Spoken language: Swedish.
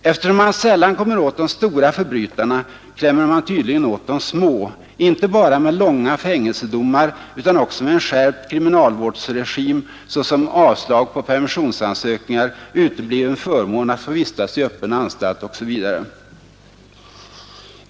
Eftersom man sällan kommer åt de stora förbrytarna klämmer man tydligen åt de små — inte bara med långa fängelsestraff utan också med en skärpt kriminalvårdsregim, såsom avslag på permissionsansökningar, utebliven förmån att få vistas i öppen anstalt osv.